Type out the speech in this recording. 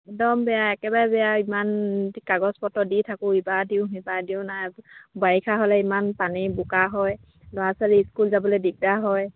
একদম বেয়া একেবাৰে বেয়া ইমান কাগজপত্ৰ দি থাকোঁ ইবাৰ দিওঁ সিবাৰ দিওঁ নাই বাৰিষা হ'লে ইমান পানী বোকা হয় ল'ৰা ছোৱালী স্কুল যাবলৈ দিগদাৰ হয়